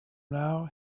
now